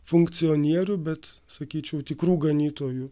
funkcionierių bet sakyčiau tikrų ganytojų